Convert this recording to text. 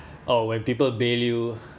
or when people bail you